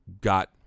got